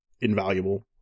invaluable